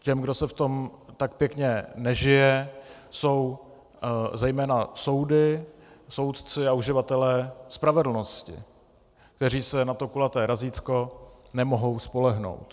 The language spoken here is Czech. Těmi, komu se v tom tak pěkně nežije, jsou zejména soudy, soudci a uživatelé spravedlnosti, kteří se na to kulaté razítko nemohou spolehnout.